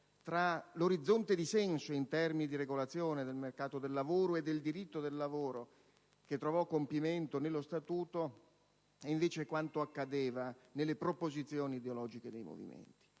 tra l'orizzonte di senso, in termini di regolazione del mercato del lavoro e del diritto del lavoro, che ha trovato compimento nello Statuto, e invece quanto accadeva nelle proposizioni ideologiche dei movimenti.